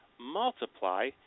multiply